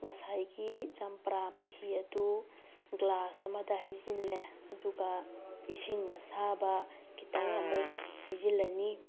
ꯉꯁꯥꯏꯒꯤ ꯆꯝꯄ꯭ꯔꯥ ꯃꯍꯤ ꯑꯗꯨ ꯒ꯭ꯂꯥꯁ ꯑꯃꯗ ꯍꯩꯖꯤꯜꯂꯦ ꯑꯗꯨꯒ ꯏꯁꯤꯡ ꯑꯁꯥꯕ ꯈꯤꯇꯪ ꯑꯃꯨꯛ ꯍꯩꯖꯤꯜꯂꯅꯤ